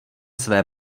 své